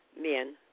men